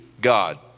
God